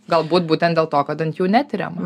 galbūt būtent dėl to kad netiriama